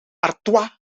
artois